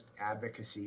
advocacy